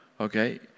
Okay